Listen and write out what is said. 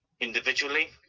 individually